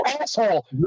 asshole